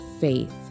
faith